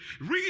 Read